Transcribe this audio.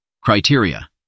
Criteria